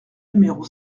numéro